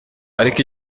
ariko